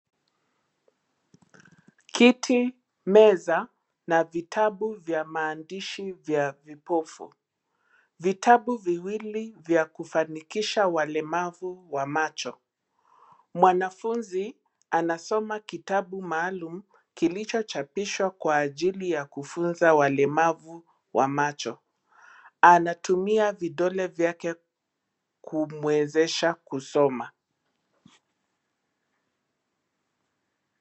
Kiti, meza na vitabu vya maandishi vya vipofu ,vitabu viwili vya kufanikisha walemavu wa macho. Mwanafunzi anasoma kitabu maalumu kilichochapishwa kwa ajili ya kufunza walemavu wa macho, anatumia vidole vyake kumwezesha kusoma.